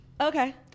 Okay